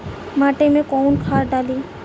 माटी में कोउन खाद डाली?